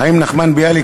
חיים נחמן ביאליק,